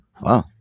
Wow